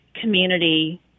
community